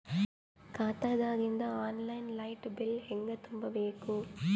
ಖಾತಾದಾಗಿಂದ online light bill ಹೇಂಗ ತುಂಬಾ ಬೇಕು?